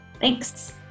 Thanks